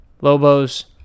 Lobo's